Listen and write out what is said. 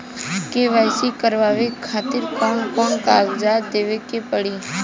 KYC करवावे खातिर कौन कौन कागजात देवे के पड़ी?